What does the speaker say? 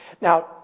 Now